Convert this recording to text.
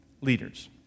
leaders